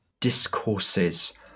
discourses